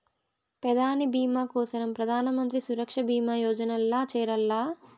పెదాని బీమా కోసరం ప్రధానమంత్రి సురక్ష బీమా యోజనల్ల చేరాల్ల